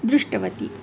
दृष्टवती